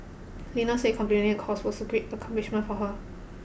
Lena said completing the course was a great accomplishment for her